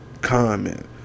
comment